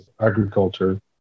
agriculture